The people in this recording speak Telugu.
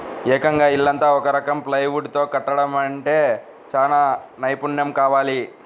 ఏకంగా ఇల్లంతా ఒక రకం ప్లైవుడ్ తో కట్టడమంటే చానా నైపున్నెం కావాలి